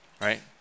right